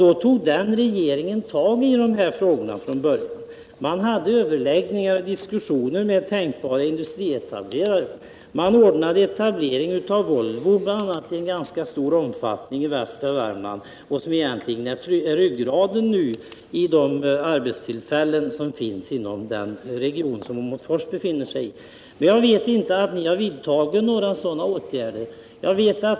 Då tog den regeringen tag i dessa frågor från början. Man hade överläggningar och diskussioner med tänkbara industrietablerare. Man ordnade etablering av Volvo i ganska stor omfattning i västra Värmland som nu är ryggraden i de arbetstillfällen som finns i Åmotforsregionen. Ni har inte vidtagit några sådana åtgärder.